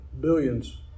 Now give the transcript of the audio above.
billions